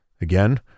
again